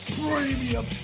premium